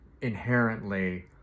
inherently